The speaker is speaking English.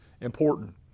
important